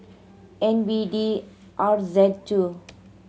N B D R Z two